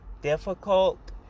difficult